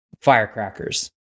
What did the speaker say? firecrackers